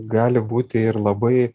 gali būti ir labai